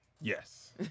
Yes